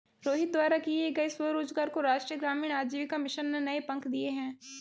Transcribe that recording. रोहित द्वारा किए गए स्वरोजगार को राष्ट्रीय ग्रामीण आजीविका मिशन ने नए पंख दिए